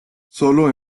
sólo